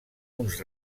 uns